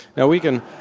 now we can